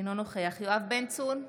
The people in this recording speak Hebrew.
אינו נוכח יואב בן צור,